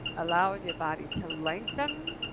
allowing your body to lengthen